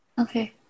Okay